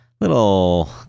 little